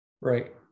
Right